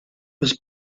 was